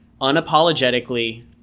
unapologetically